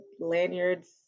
lanyards